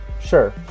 Sure